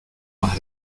más